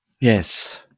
Yes